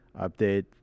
update